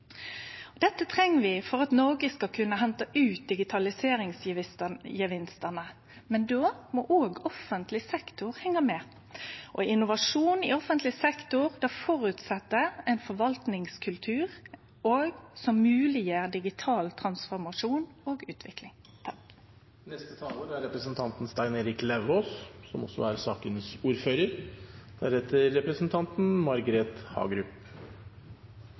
Dette treng vi for at Noreg skal kunne hente ut digitaliseringsgevinstane, men då må òg offentleg sektor hengje med. Innovasjon i offentleg sektor føreset ein forvaltingskultur som mogleggjer digital transformasjon og utvikling. Det er enkelte fra regjeringspartiene her som snakker om kommuneøkonomien som i de reneste vekkelsestaler. Men det er